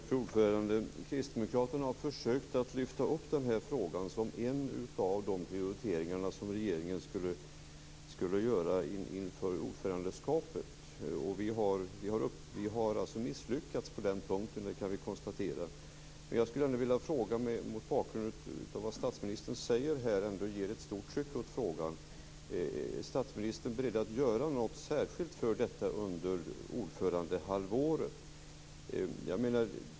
Fru talman! Kristdemokraterna har försökt att lyfta upp denna fråga som en av de prioriteringar som regeringen skulle göra inför ordförandeskapet, och vi har alltså misslyckats på den punkten. Det kan vi konstatera. Mot bakgrund av vad statsministern säger här, som ändå ger ett stort tryck åt frågan, skulle jag vilja ställa en fråga. Är statsministern beredd att göra något särskilt för detta under ordförandehalvåret?